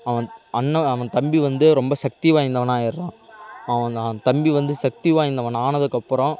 அவன் அண்ணன் அவன் தம்பி வந்து ரொம்ப சக்தி வாய்ந்தவனாயிடுறான் அவன் தம்பி வந்து சக்தி வாய்ந்தவனாக ஆனதுக்கப்புறம்